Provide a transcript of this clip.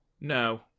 No